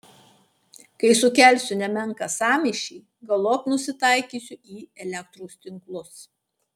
kai sukelsiu nemenką sąmyšį galop nusitaikysiu į elektros tinklus